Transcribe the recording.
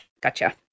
Gotcha